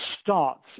starts